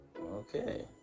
Okay